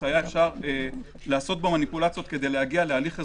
היה אפשר לעשות בו מניפולציות כדי להגיע להליך אזרחי.